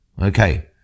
Okay